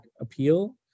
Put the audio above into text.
appeal